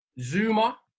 Zuma